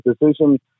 decision